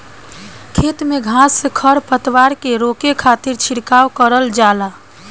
खेत में घास खर पतवार के रोके खातिर छिड़काव करल जाला